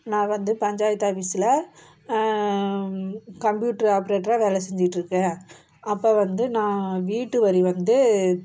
நான் வந்து பஞ்சாயத்து ஆஃபிஸில் கம்ப்யூட்ரு ஆப்ரேட்ராக வேலை செஞ்சிட்டிருக்கேன் அப்போ வந்து நான் வீட்டு வரி வந்து